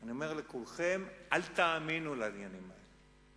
אני אומר לכולכם: אל תאמינו לעניינים האלה.